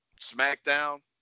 SmackDown